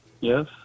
Yes